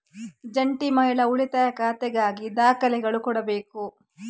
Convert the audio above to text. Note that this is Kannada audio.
ಜಂಟಿ ಮಹಿಳಾ ಉಳಿತಾಯ ಖಾತೆಗಾಗಿ ದಾಖಲೆಗಳು ಕೊಡಬೇಕು